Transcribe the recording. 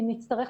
אם נצטרך,